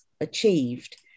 achieved